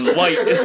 white